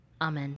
amen